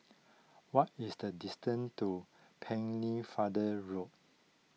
what is the distance to Pennefather Road